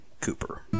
Cooper